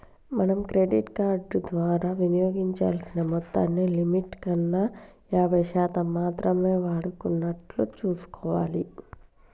మనం credit card ద్వారా వినియోగించాల్సిన మొత్తాన్ని లిమిట్ కన్నా యాభై శాతం మాత్రమే వాడుకునేటట్లు చూసుకోవాలి